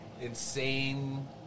Insane